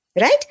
right